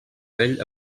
vell